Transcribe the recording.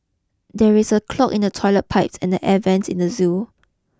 there is a clog in the toilet pipe and the air vents at the zoo